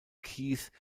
keith